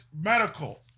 medical